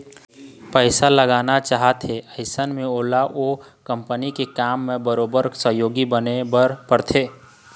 पइसा लगाना चाहथे अइसन म ओला ओ कंपनी के काम म बरोबर सहयोगी बने बर परथे